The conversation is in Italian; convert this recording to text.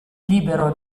libero